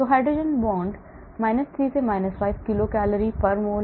hydrogen बंध 3 से 5 kilocal मोल